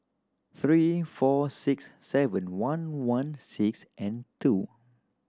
three four six seven one one six and two